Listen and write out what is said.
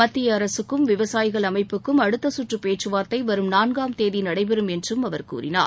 மத்திய அரசுக்கும் விவசாயிகள் அமைப்புக்கும் அடுத்தகற்று பேச்சுவார்த்தை வரும் நான்காம் தேதி நடைபெறும் என்றும் அவர் கூறினார்